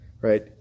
Right